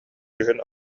күһүн